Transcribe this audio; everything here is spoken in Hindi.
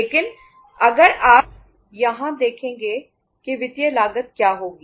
लेकिन अगर आप यहां देखेंगे कि वित्तीय लागत क्या होगी